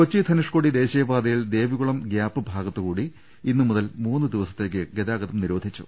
കൊച്ചി ധനുഷ്കോടി ദേശീയപാതയിൽ ദേവികുളം ഗൃാപ് ഭാഗത്ത് കൂടി ഇന്ന് മുതൽ മൂന്ന് ദിവസത്തേക്ക് ഗതാഗതം നിരോധി ച്ചു